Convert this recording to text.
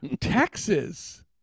texas